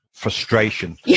frustration